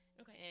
Okay